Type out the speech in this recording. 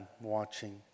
watching